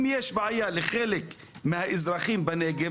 אם יש בעיה לחלק מהאזרחים בנגב,